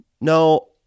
No